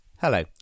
Hello